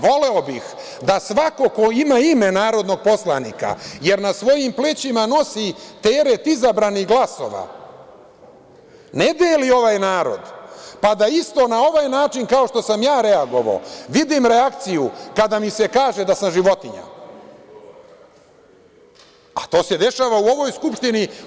Voleo bih da svako ko ima ime narodnog poslanika, jer na svojim plećima nosi teret izabranih glasova ne deli ovaj narod, pa da isto na ovaj način, kao što sam ja reagovao vidim reakciju kada mi se kaže da sam životinja, a to se dešava u ovoj Skupštini.